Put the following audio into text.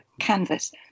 canvas